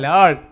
Lord